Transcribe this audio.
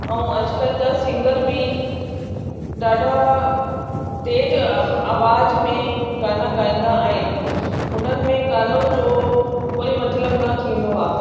ऐं अॼुकल्ह जा सिंगर बि ॾाढा तेज़ आवाज़ में गाना गाईंदा आहिनि उन्हनि में गानो जो कोई मतिलबु न थींदो आहे